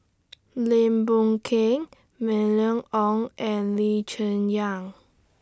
Lim Boon Keng Mylene Ong and Lee Cheng Yan